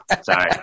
Sorry